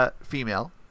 Female